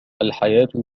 الحياة